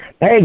Hey